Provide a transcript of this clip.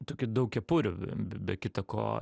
tokių daug kepurių b be kita ko